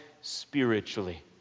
spiritually